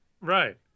Right